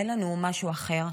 אין לנו משהו אחר.